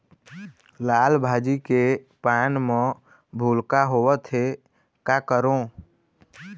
लाल भाजी के पान म भूलका होवथे, का करों?